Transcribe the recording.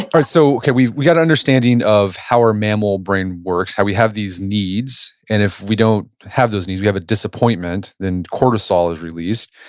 but so we we got a understanding of how our mammal brain works, how we have these needs, and if we don't have those needs, we have a disappointment. then cortisol is released,